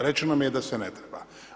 Rečeno mi je da se ne treba.